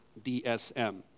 DSM